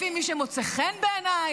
לפי מי שמוצא חן בעיניך?